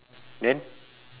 then